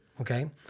Okay